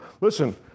Listen